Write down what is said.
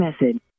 message